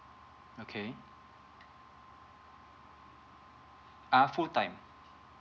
okay ah full time